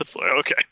Okay